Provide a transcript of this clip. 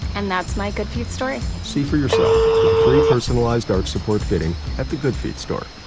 and that's my good feet story. see for yourself, with a free, personalized arch support fitting at the good feet store.